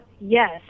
yes